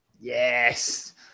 Yes